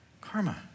Karma